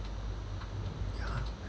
ya